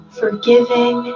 forgiving